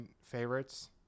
favorites